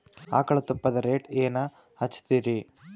ಆಕಳ ತುಪ್ಪದ ರೇಟ್ ಏನ ಹಚ್ಚತೀರಿ?